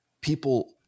people